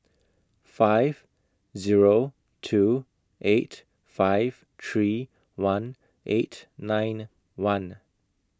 five Zero two eight five three one eight nine one